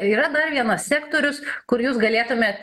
yra dar vienas sektorius kur jūs galėtumėt